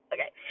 Okay